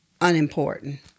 unimportant